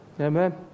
Amen